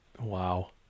Wow